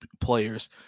players